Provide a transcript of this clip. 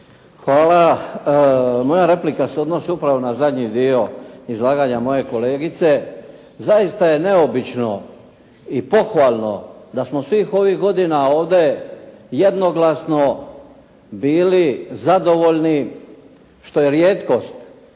Hvala. Moja replika se odnosi upravo na zadnji dio izlaganja moje kolegice. Zaista je neobično i pohvalno da smo svih ovih godina ovdje jednoglasno bili zadovoljni što je rijetkost